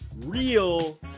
real